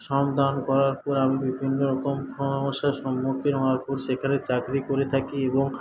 শ্রম দান করার পর আমি বিভিন্নরকম সম্মুখীন হওয়ার পর সেখানে চাকরি করে থাকি এবং